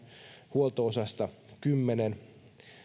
huolto osasta kymmenen